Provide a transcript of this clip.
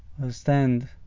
Understand